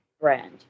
brand